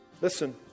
listen